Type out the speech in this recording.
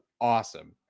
awesome